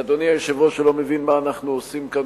ואדוני היושב-ראש לא מבין מה אנחנו עושים כאן,